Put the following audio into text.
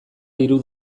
hiru